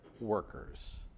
workers